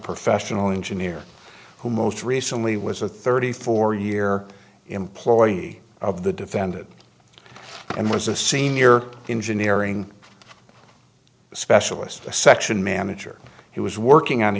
professional engineer who most recently was a thirty four year employee of the defended and was a senior engineering specialist a section manager he was working on